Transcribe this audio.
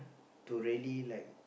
to really like